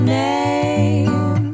name